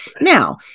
Now